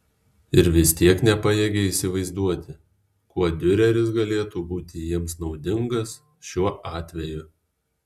ir vis tiek nepajėgė įsivaizduoti kuo diureris galėtų būti jiems naudingas šiuo atveju